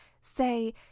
say